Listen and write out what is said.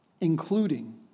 including